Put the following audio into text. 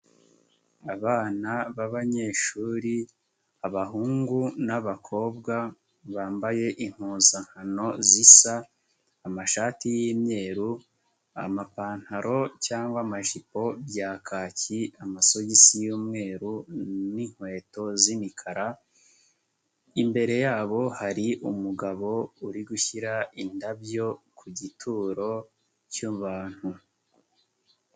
Abana b'abanyeshuri abahungu n'abakobwa bambaye impuzankano zisa amashati y'imyeru, amapantaro cyangwa amajipo bya kaki, amasogisi y'umweru n'inkweto z'imikara, imbere yabo hari umugabo uri gushyira indabyo ku gituro cy'abantu.